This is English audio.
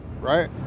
right